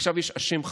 עכשיו יש אשם חדש,